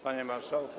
Panie Marszałku!